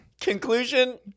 Conclusion